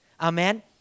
Amen